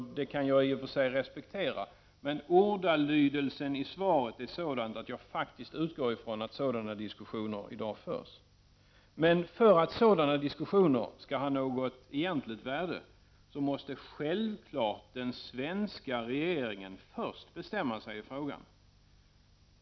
Detta kan jag i och för sig respektera. Ordalydelsen i svaret är dock sådan att jag utgår från att diskussioner faktiskt förs. Men för att sådana diskussioner skall ha något värde, måste självfallet den svenska regeringen först bestämma sig.